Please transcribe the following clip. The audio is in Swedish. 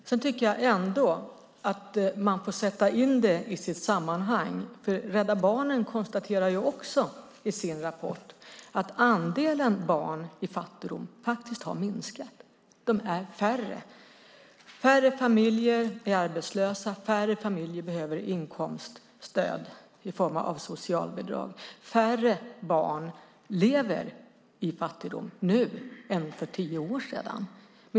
Dock tycker jag att man får sätta in det i sitt sammanhang. Rädda Barnen konstaterar nämligen också i sin rapport att andelen barn i fattigdom har minskat. De är färre. Färre familjer är arbetslösa. Färre familjer behöver inkomststöd i form av socialbidrag. Färre barn lever i fattigdom nu än för tio år sedan.